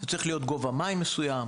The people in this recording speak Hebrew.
צריך להיות גובה מים מסוים,